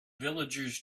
villagers